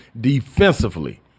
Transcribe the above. defensively